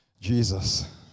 Jesus